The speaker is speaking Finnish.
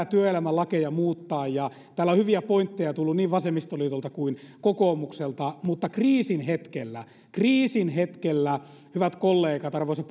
työelämän lakeja muuttaa täällä on hyviä pointteja tullut niin vasemmistoliitolta kuin kokoomukselta mutta kriisin hetkellä kriisin hetkellä hyvät kollegat arvoisa